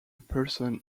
person